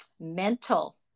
mental